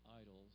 idols